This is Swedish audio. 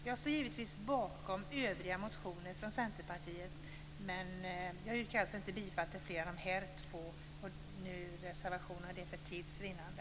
Jag står givetvis bakom övriga motioner från Centerpartiet, men jag yrkar alltså inte bifall till fler än dessa två reservationer för tids vinnande.